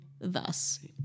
thus